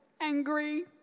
angry